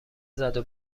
زدو